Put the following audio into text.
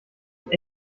sich